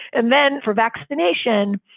and then for vaccination,